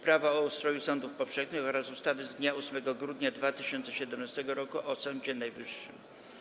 Prawo o ustroju sądów powszechnych oraz ustawy z dnia 8 grudnia 2017 roku o Sądzie Najwyższym.